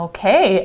Okay